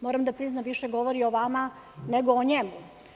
moram da priznam više govori o vama nego o njemu.